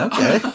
Okay